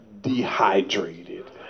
dehydrated